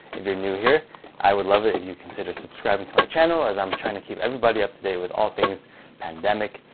if you're new here i would love it if you consider subscribing to my channel as i'm trying to keep everybody up to date with all things pandemic,